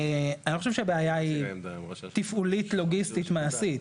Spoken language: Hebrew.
אני לא חושב שהבעיה היא תפעולית לוגיסטית מעשית,